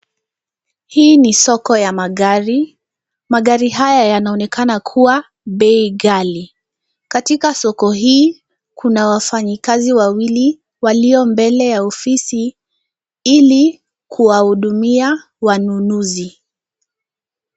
Hii ni soko ya magari. Magari haya yanaonekana kuwa bei ghali. Katika soko hii, kuna wafanyakazi wawili walio mbele ya ofisi ili kuwahudumia wanunuzi.